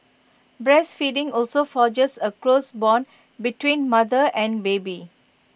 breastfeeding also forges A close Bond between mother and baby